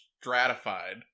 stratified